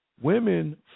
women